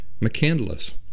McCandless